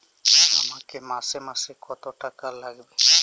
আমাকে মাসে মাসে কত টাকা লাগবে?